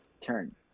turn